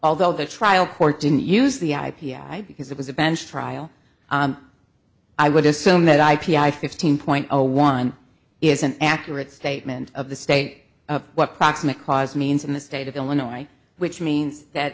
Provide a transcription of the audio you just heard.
although the trial court didn't use the i p i because it was a bench trial i would assume that i p i fifteen point zero one is an accurate statement of the state of what proximate cause means in the state of illinois which means that